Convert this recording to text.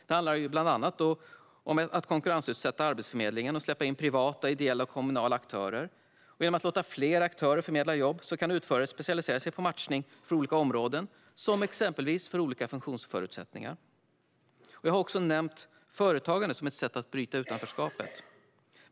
Det handlar bland annat om att konkurrensutsätta Arbetsförmedlingen och släppa in privata, ideella och kommunala aktörer. Genom att låta fler aktörer förmedla jobb kan utförare specialisera sig på matchning för olika områden, exempelvis olika funktionsförutsättningar. Jag har också nämnt företagande som ett sätt att bryta ett utanförskap.